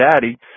daddy